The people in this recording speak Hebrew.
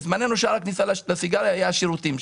בזמננו שער הכניסה לסיגריה היו השירותים,